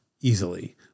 easily